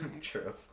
true